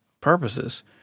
purposes